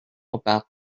about